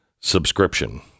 subscription